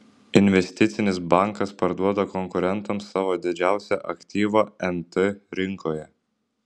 investicinis bankas parduoda konkurentams savo didžiausią aktyvą nt rinkoje